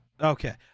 Okay